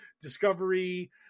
Discovery